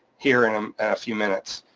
here in um a few minutes.